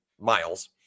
miles